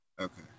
Okay